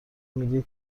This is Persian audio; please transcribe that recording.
میگه